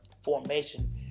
formation